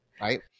right